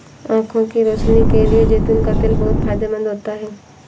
आंखों की रोशनी के लिए जैतून का तेल बहुत फायदेमंद होता है